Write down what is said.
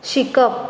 शिकप